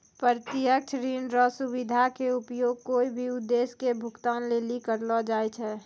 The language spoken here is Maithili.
प्रत्यक्ष ऋण रो सुविधा के उपयोग कोय भी उद्देश्य के भुगतान लेली करलो जाय छै